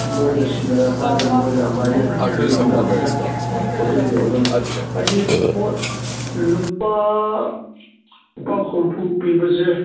ꯃꯣꯏꯗ ꯁꯤꯅꯔꯀꯥꯟꯗ ꯃꯣꯏꯅ ꯑꯃꯥꯏꯅ ꯌꯨꯝꯗ ꯑꯃꯥꯏꯅ ꯄꯣꯠ ꯆꯩꯁꯦ ꯌꯧꯒꯗꯃꯦ ꯍꯥꯏꯗꯤ ꯄꯣꯠ ꯂꯨꯄꯥ ꯂꯨꯄꯥ ꯍꯨꯝꯐꯨ ꯄꯤꯕꯁꯦ